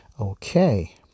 Okay